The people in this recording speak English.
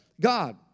God